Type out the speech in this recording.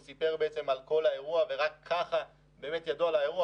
הוא סיפר על כל האירוע ורק כך ידעו עליו,